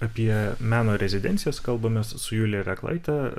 apie meno rezidencijas kalbamės su julija reklaite